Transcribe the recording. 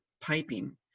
piping